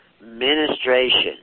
ministration